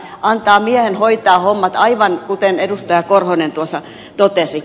antaa miehen hoitaa hommat aivan kuten edustaja korhonen tuossa totesi